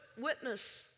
witness